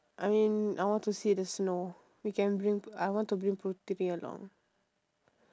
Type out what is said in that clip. I mean I want to see the snow we can bring I want to bring putri along